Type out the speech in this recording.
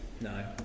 No